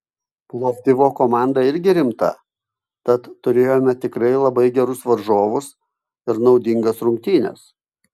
plovdivo komanda irgi rimta tad turėjome tikrai labai gerus varžovus ir naudingas rungtynes